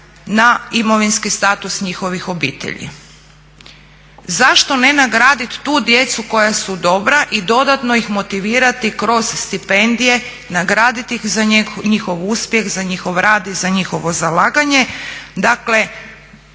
na imovinski status njihovih obitelji. Zašto ne nagraditi tu djecu koja su dobra i dodatno ih motivirati kroz stipendije, nagraditi ih za njihov uspjeh, za njihov rad i za njihovo zalaganje.